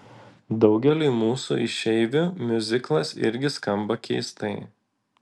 daugeliui mūsų išeivių miuziklas irgi skamba keistai